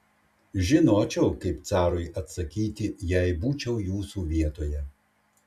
žinočiau kaip carui atsakyti jei būčiau jūsų vietoje